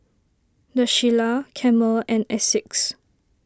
the Shilla Camel and Asics